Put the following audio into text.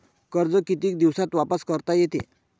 कर्ज कितीक दिवसात वापस करता येते?